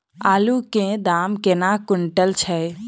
आलु केँ दाम केना कुनटल छैय?